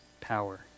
power